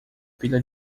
pilha